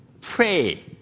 pray